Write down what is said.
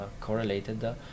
correlated